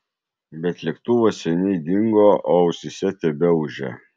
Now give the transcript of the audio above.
bet lėktuvas seniai dingo o ausyse tebeūžė